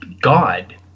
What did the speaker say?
God